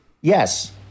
yes